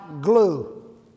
glue